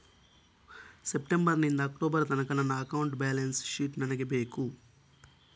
September ನಿಂದ October ತನಕ ನನ್ನ ಅಕೌಂಟ್ ಬ್ಯಾಲೆನ್ಸ್ ಶೀಟ್ ನನಗೆ ಬೇಕು